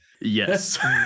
Yes